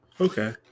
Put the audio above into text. Okay